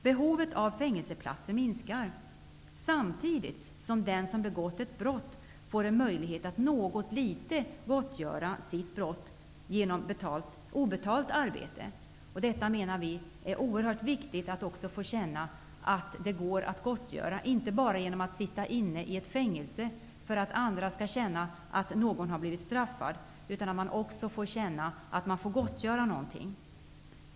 Behovet av fängelseplatser minskar, samtidigt som den som begått ett brott får en möjlighet att något litet gottgöra genom obetalt arbete. Vi menar att det är oerhört viktigt att man också får känna att det går att gottgöra inte bara genom att sitta i fängelse för att andra skall känna att någon blivit straffad utan också för att man får uppleva att man verkligen får gottgöra.